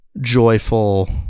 joyful